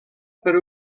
per